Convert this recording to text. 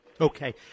Okay